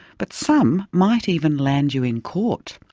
but some might even land you in court.